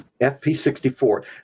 FP64